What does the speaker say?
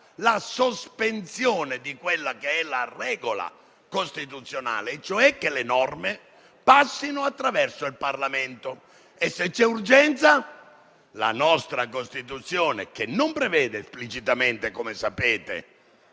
la sospensione della regola costituzionale, cioè che le norme passino attraverso il Parlamento. E se c'è urgenza? La nostra Costituzione, che non prevede esplicitamente - come sapete